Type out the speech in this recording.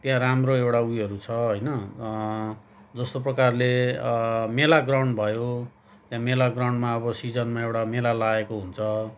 त्यहाँ राम्रो एउटा उयोहरू छ होइन जस्तो प्रकारले मेलाग्राउन्ड भयो त्यहाँ मेलाग्राउन्डमा अब सिजनमा एउटा मेला लागेको हुन्छ